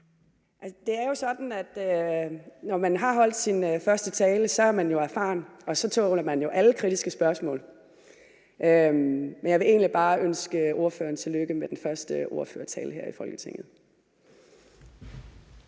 Det er jo sådan, at når man har holdt sin første tale, så er man erfaren, og så tåler man alle kritiske spørgsmål, men jeg vil egentlig bare ønske ordføreren tillykke med den første ordførertale her i Folketinget.